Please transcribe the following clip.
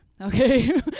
okay